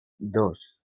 dos